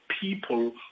people